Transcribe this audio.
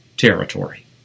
Territory